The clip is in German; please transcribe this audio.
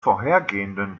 vorhergehenden